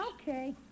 Okay